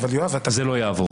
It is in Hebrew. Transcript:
זה לא יעבור.